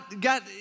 God